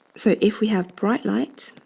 so if we have bright light,